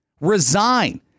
Resign